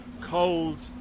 cold